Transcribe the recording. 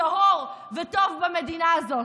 טהור וטוב במדינה הזאת.